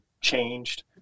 changed